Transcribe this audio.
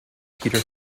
peter